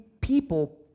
people